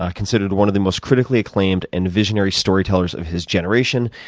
ah considered one of the most critically acclaimed and visionary storytellers of his generation.